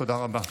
תודה רבה.